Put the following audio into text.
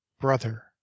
Brother